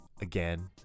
again